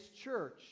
church